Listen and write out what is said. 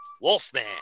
Wolfman